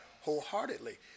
wholeheartedly